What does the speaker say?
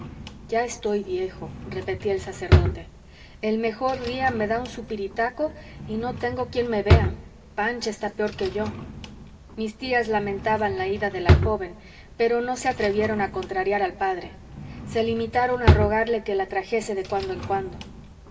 ya estoy viejo repetía el sacerdote el mejor día me da un supiritaco y no tengo quien me vea pancha está peor que yo mis tías lamentaban la ida de la joven pero no se atrevieron a contrariar al padre se limitaron a rogarle que la trajese de cuando en cuando